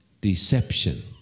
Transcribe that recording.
deception